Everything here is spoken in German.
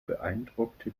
beeindruckte